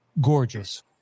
gorgeous